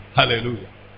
Hallelujah